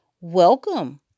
Welcome